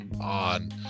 on